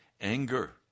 anger